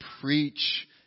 preach